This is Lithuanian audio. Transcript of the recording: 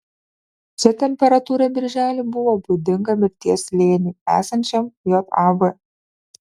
čia temperatūra birželį buvo būdinga mirties slėniui esančiam jav